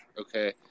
okay